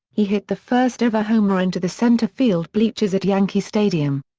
he hit the first-ever homer into the center field bleachers at yankee stadium.